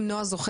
ואם נעה זוכרת,